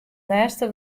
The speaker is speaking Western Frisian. lêste